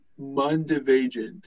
Mundivagent